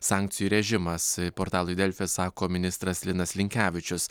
sankcijų režimas portalui delfi sako ministras linas linkevičius